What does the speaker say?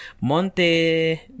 Monte